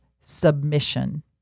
submission